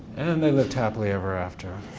and they lived happily ever after.